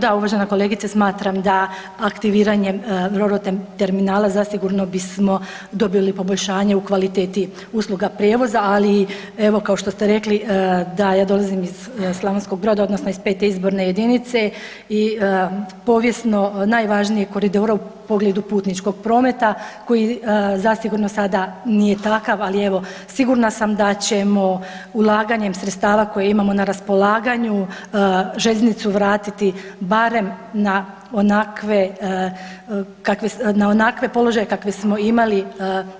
Da uvažena kolegice smatram da aktiviranjem rolo terminala zasigurno bismo dobili poboljšanje u kvaliteti usluga prijevoza, ali i kao što ste rekli da ja dolazim iz Slavonskog Broda odnosno iz 5.-te izborne jedinice i povijesno najvažnijeg koridora u pogledu putničkog prometa koji zasigurno sada nije takav, ali evo sigurna sam da ćemo ulaganjem sredstava koja imamo na raspolaganju željeznicu vratiti barem na onakve kakve, na onakve položaje kakve smo imali